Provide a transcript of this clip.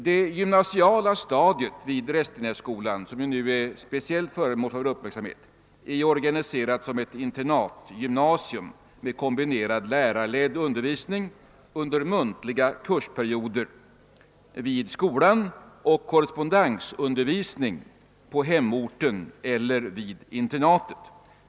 Det gymnasiala stadiet vid Restenässkolan, som nu speciellt är föremål för vår uppmärksamhet, är ju organiserat som ett internatgymnasium med kombinerad lärarledd undervisning under muntliga kursperioder vid skolan och korrespondensundervisning på hemorten eller vid internatet.